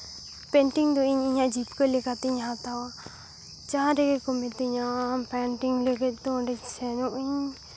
painting ᱫᱚ ᱤᱧ ᱤᱧᱟᱹᱜ ᱡᱤᱵᱽᱠᱟᱹ ᱞᱮᱠᱟᱛᱤᱧ ᱦᱟᱛᱟᱣᱟ ᱡᱟᱦᱟᱸ ᱨᱮᱜᱮ ᱠᱚ ᱢᱤᱛᱟᱹᱧᱟ ᱯᱮᱱᱴᱤᱝ ᱞᱟᱹᱜᱤᱫ ᱫᱚ ᱚᱸᱰᱮ ᱥᱮᱱᱚᱜ ᱟᱹᱧ